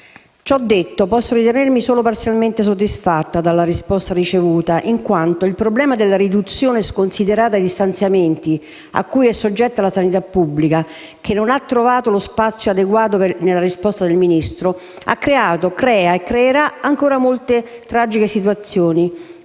Ciò detto, posso ritenermi solo parzialmente soddisfatta dalla risposta ricevuta in quanto il problema della riduzione sconsiderata di stanziamenti a cui è soggetta la sanità pubblica, che non ha trovato lo spazio adeguato nella risposta del Sottosegretario, ha creato, crea e creerà ancora molte tragiche situazioni,